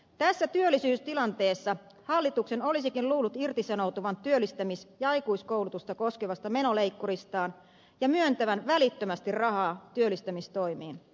tässä työllisyystilanteessa hallituksen olisikin luullut irtisanoutuvan työllistämis ja aikuiskoulutusta koskevasta menoleikkuristaan ja myöntävän välittömästi rahaa työllistämistoimiin